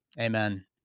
Amen